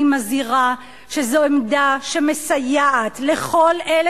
אני מזהירה שזו עמדה שמסייעת לכל אלה